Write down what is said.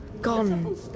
gone